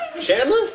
Chandler